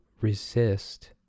resist